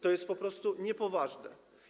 To jest po prostu niepoważne.